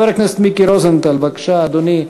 חבר הכנסת מיקי רוזנטל, בבקשה, אדוני.